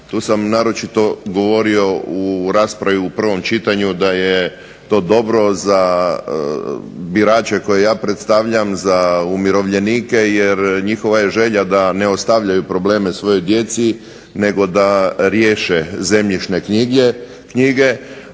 Tu sam naročito govorio u raspravi u prvom čitanju da je to dobro za birače koje ja predstavljam, za umirovljenike jer njihova je želja da ne ostavljaju probleme svojoj djeci nego da riješe zemljišne knjige,